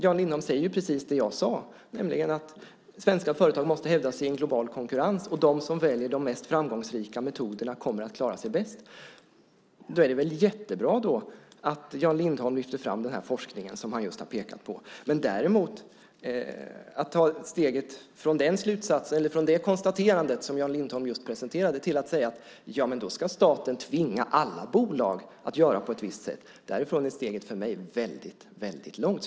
Jan Lindholm säger precis detsamma som jag sade, att svenska företag måste hävda sig i en global konkurrens och de som väljer de mest framgångsrika metoderna kommer att klara sig bäst. Då är det jättebra att Jan Lindholm lyfter fram den forskning som finns. Men att ta steget från det konstaterande som Jan Lindholm just gjorde till att säga att staten ska tvinga alla bolag att göra på ett visst sätt känns för mig väldigt, väldigt långt.